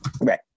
Right